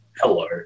hello